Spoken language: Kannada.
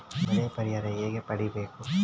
ಬೆಳೆ ಪರಿಹಾರ ಹೇಗೆ ಪಡಿಬೇಕು?